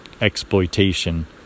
exploitation